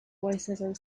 voicesand